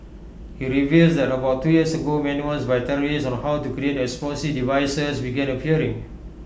he reveals that about two years ago manuals by terrorists on how to create explosive devices began appearing